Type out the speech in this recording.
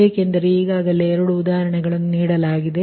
ಏಕೆಂದರೆ ಈಗಾಗಲೇ 2 ಉದಾಹರಣೆಗಳನ್ನು ನೀಡಲಾಗಿದೆ